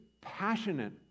passionate